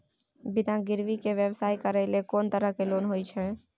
बिना गिरवी के व्यवसाय करै ले कोन तरह के लोन होए छै?